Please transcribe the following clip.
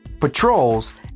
patrols